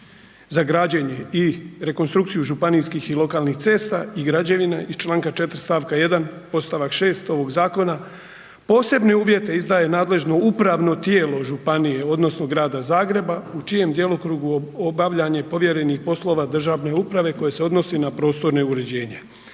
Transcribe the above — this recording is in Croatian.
za građenje i rekonstrukciju županijskih i lokalnih cesta i građevina iz članka 4. stavka 1. podstavak 6. ovog Zakona posebne uvjete izdaje nadležno upravno tijelo županije odnosno Grada Zagreba u čijem djelokrugu obavljanje povjerenih poslova državne uprave koje se odnosi na prostorno uređenje.